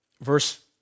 verse